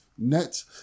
net